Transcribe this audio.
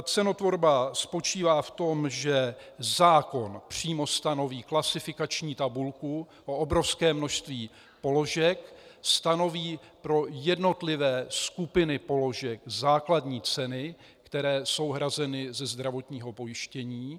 Cenotvorba spočívá v tom, že zákon přímo stanoví klasifikační tabulku o obrovském množství položek, stanoví pro jednotlivé skupiny položek základní ceny, které jsou hrazeny ze zdravotního pojištění.